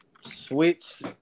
switch